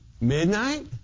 Midnight